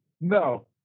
No